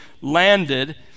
landed